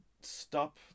stop